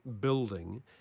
building